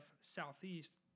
Southeast